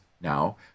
now